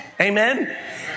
Amen